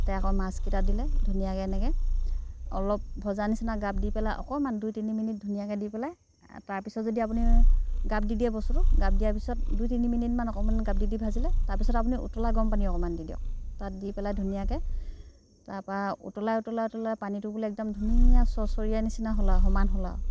তাতে আকৌ মাছকেইটা দিলে ধুনীয়াকৈ এনেকৈ অলপ ভজা নিচিনা গাপ দি পেলে অকণমান দুই তিনি মিনিট ধুনীয়াকৈ দি পেলাই তাৰপিছত যদি আপুনি গাপ দি দিয়ে বস্তুটো গাপ দিয়াৰ পিছত দুই তিনি মিনিটমান অকণমান গাপ দি দি ভাজিলে তাৰপিছত আপুনি উতলা গৰম পানী অকণমান দি দিয়ক তাত দি পেলাই ধুনীয়াকৈ তাৰপা উতলাই উতলাই উতলাই পানীটো বোলে একদম ধুনীয়া চৰচৰীয়া নিচিনা হ'ল আৰু সমান হ'ল আৰু